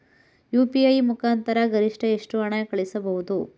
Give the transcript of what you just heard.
UPI ಮುಖಾಂತರ ಗರಿಷ್ಠ ಎಷ್ಟು ಹಣ ಕಳಿಸಬಹುದು?